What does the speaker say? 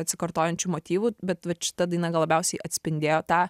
atsikartojančių motyvų bet vat šita daina gal labiausiai atspindėjo tą